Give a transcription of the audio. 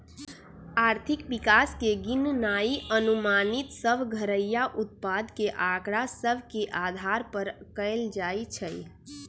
आर्थिक विकास के गिननाइ अनुमानित सभ घरइया उत्पाद के आकड़ा सभ के अधार पर कएल जाइ छइ